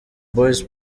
boyz